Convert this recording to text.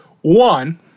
One